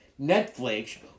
Netflix